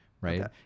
right